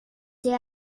det